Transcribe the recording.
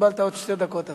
קיבלת עוד שתי דקות אפילו.